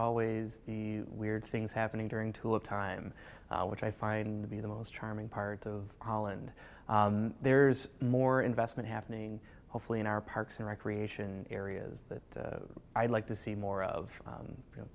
always the weird things happening during tulip time which i find to be the most charming part of holland there's more investment happening hopefully in our parks and recreation areas that i'd like to see more of